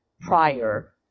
Prior